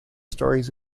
stories